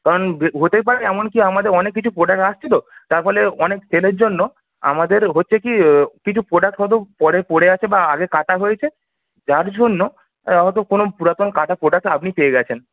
কারণ বে হতেই পারে এমনকি আমাদের অনেক কিছু প্রোডাক্ট আসছে তো তার ফলে অনেক সেলের জন্য আমাদের হচ্ছে কি কিছু প্রোডাক্ট হয়তো পরে পড়ে আছে বা আগে কাটা হয়েছে যার জন্য হয় তো কোনো পুরাতন কাটা প্রোডাক্ট আপনি পেয়ে গেছেন